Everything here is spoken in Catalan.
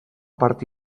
part